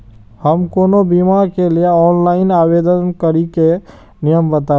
हम कोनो बीमा के लिए ऑनलाइन आवेदन करीके नियम बाताबू?